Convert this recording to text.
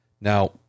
Now